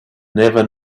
never